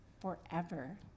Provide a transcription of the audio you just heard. forever